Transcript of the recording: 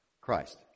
Christ